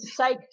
psyched